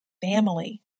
family